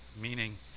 Meaning